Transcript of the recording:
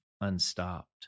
unstopped